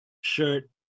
shirt